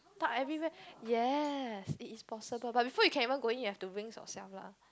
part everywhere yes it is possible but before you can even go in you have to rinse yourself lah